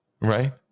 Right